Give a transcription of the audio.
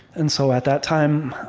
and so at that time,